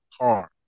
car